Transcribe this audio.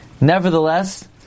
Nevertheless